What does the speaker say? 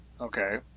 Okay